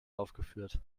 aufgeführt